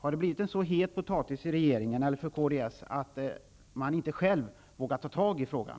Har den blivit en så het potatis för regeringen eller för kds att man inte själv vågar ta tag i frågan?